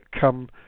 come